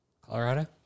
Colorado